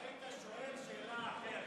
היית שואל שאלה אחרת,